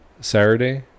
Saturday